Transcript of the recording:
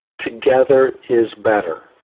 together is better,